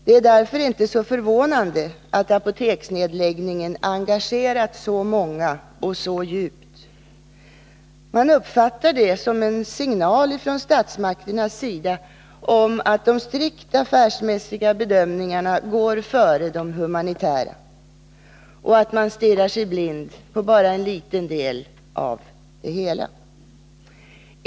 Det är därför inte så förvånande att apoteksnedläggningen engagerat så många och så djupt. Man uppfattar det som en signal från statsmakternas sida om att de strikt affärsmässiga bedömningarna går före de humanitära och att man stirrar sig blind på bara en liten del av det hela.